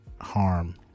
harm